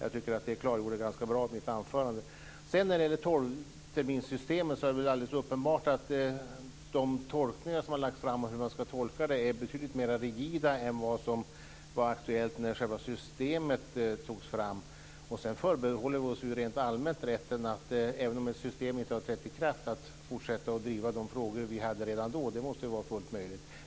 Jag tycker att jag klargjorde det ganska bra i mitt anförande. När det sedan gäller tolvterminssystemet är det väl alldeles uppenbart att de tolkningar som har lagts fram är betydligt mer rigida än det som var aktuellt när själva systemet togs fram. Dessutom förbehåller vi oss rent allmänt rätten, även om ett system inte har trätt i kraft, att fortsätta att driva de frågor vi drev redan då. Det måste vara fullt möjligt.